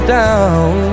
down